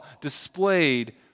displayed